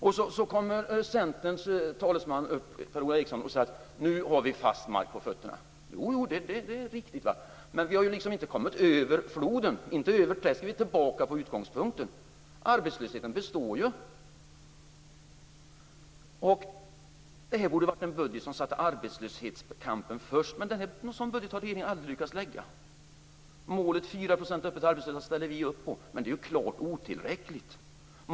Sedan kommer Centerns talesman Per-Ola Eriksson och säger att nu har vi fast mark under fötterna. Det är riktigt, men vi har inte riktigt kommit över floden. Vi är tillbaka på utgångspunkten. Arbetslösheten består ju. Detta borde ha varit en budget som satte kampen mot arbetslösheten främst, men regeringen har aldrig lyckats lägga fram en sådan budget. Vi ställer upp på målet om 4 % öppet arbetslösa, men det är klart otillräckligt.